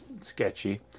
sketchy